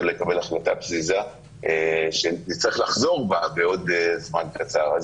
לקבל החלטה פזיזה שנצטרך לחזור בה בעוד זמן קצר.